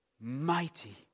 Mighty